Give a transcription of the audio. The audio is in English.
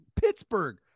Pittsburgh